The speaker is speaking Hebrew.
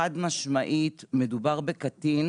חד משמעית מדובר בקטין